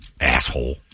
Asshole